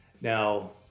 Now